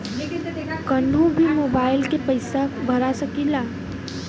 कन्हू भी मोबाइल के पैसा भरा सकीला?